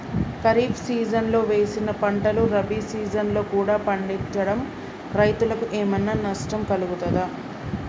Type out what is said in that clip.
ఖరీఫ్ సీజన్లో వేసిన పంటలు రబీ సీజన్లో కూడా పండించడం రైతులకు ఏమైనా నష్టం కలుగుతదా?